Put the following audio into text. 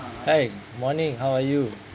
hi morning how are you